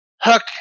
hook